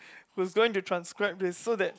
who's going to transcript this so that